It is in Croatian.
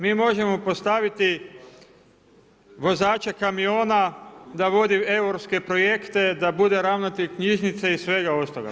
Mi možemo postaviti vozače kamiona da vodi europske projekte, da bude ravnatelj knjižnice i svega ostaloga.